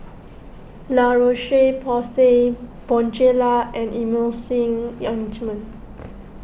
La Roche Porsay Bonjela and Emulsying Ointment